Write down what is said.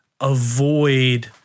avoid